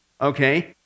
okay